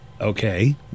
Okay